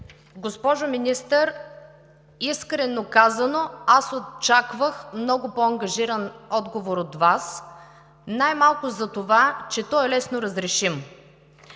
Госпожо Министър, искрено казано, аз очаквах много по-ангажиран отговор от Вас най-малкото за това, че той е лесно разрешим.